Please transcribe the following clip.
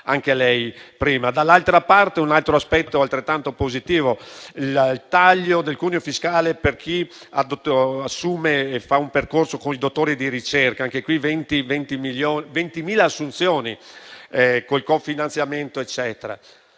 anche lei. Un altro aspetto altrettanto positivo è il taglio del cuneo fiscale per chi assume e fa un percorso con i dottori di ricerca: anche qui 20.000 assunzioni con il cofinanziamento.